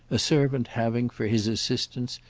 a servant having, for his assistance,